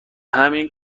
همین